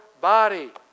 body